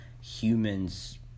humans